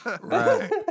Right